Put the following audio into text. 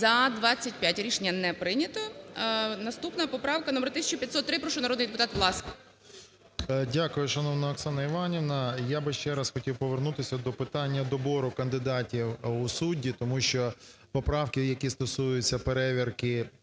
За-25 Рішення не прийнято. Наступна поправка номер 1503. Прошу, народний депутат Власенко. 16:39:09 ВЛАСЕНКО С.В. Дякую, шановна Оксана Іванівна. Я би ще раз хотів повернутися до питання добору кандидатів у судді, тому що поправки, які стосуються перевірки